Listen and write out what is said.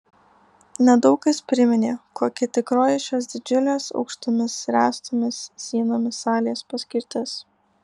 nedaug kas priminė kokia tikroji šios didžiulės aukštomis ręstomis sienomis salės paskirtis